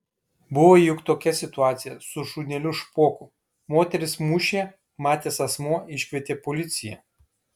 buvo juk tokia situacija su šuneliu špoku moteris mušė matęs asmuo iškvietė policiją